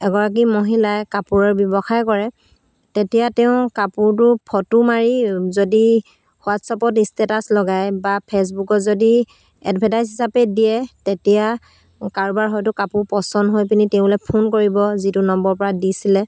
এগৰাকী মহিলাই কাপোৰৰ ব্যৱসায় কৰে তেতিয়া তেওঁ কাপোৰটো ফটো মাৰি যদি হোৱাটছআপত ষ্টেটাছ লগায় বা ফেচবুকত যদি এডভাৰটাইজ হিচাপে দিয়ে তেতিয়া কাৰোবাৰ হয়তো কাপোৰ পচন্দ হৈ পিনি তেওঁলৈ ফোন কৰিব যিটো নম্বৰৰপৰা দিছিলে